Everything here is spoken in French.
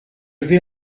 vais